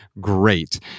great